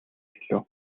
хэлэв